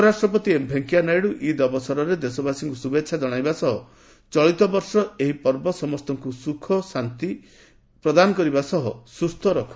ଉପରାଷ୍ଟପତି ଏମ୍ ଭେଙ୍କିୟାନାଇଡ଼ ଇଦ୍ ଅବସରରେ ଦେଶବାସୀଙ୍କୁ ଶୁଭେଚ୍ଛା ଜଣାଇବା ସହ ଚଳିତବର୍ଷ ଏହି ପର୍ବ ସମସ୍ତଙ୍କୁ ସୁଖ ଶାନ୍ତି ପ୍ରଦାନ କରିବା ସହ ସୁସ୍ଥ ରଖୁ